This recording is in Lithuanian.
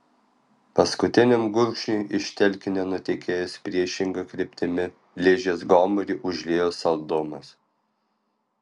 paskutiniam gurkšniui iš telkinio nutekėjus priešinga kryptimi ližės gomurį užliejo saldumas